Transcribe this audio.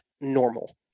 normal